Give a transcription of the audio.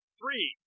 three